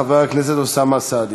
חבר הכנסת אוסאמה סעדי.